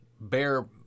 bear